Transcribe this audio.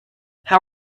how